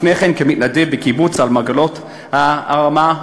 ולפני כן כמתנדב בקיבוץ למרגלות הרמה,